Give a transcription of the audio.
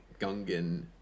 Gungan